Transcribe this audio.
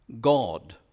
God